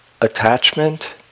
attachment